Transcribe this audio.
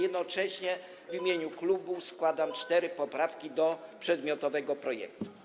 Jednocześnie w imieniu klubu składam cztery poprawki do przedmiotowego projektu.